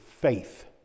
faith